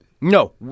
No